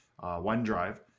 OneDrive